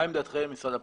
מה עמדתכם, משרד הפנים?